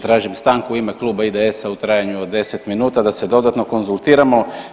Tražim stanku u ime kluba ISD-a u trajanju od 10 minuta da se dodatno konzultiramo.